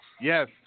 Yes